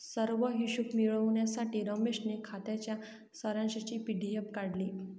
सर्व हिशोब मिळविण्यासाठी रमेशने खात्याच्या सारांशची पी.डी.एफ काढली